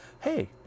hey